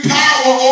power